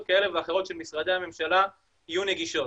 כאלה ואחרות של משרדי הממשלה יהיו נגישות.